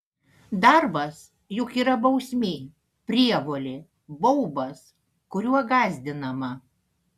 darbas juk yra bausmė prievolė baubas kuriuo gąsdinama